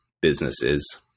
businesses